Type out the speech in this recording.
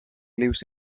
lives